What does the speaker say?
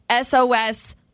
SOS